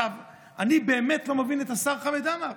אני באמת לא מבין את השר חמד עמאר,